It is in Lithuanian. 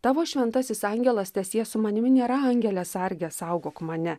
tavo šventasis angelas teesie su manimi nėra angele sarge saugok mane